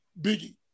Biggie